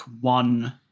one